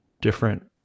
different